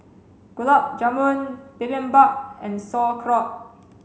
Gulab Jamun Bibimbap and Sauerkraut